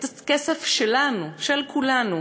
את הכסף שלנו, של כולנו.